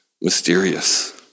mysterious